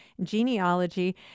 genealogy